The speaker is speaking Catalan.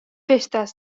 festes